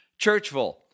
Churchville